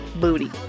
booty